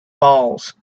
balls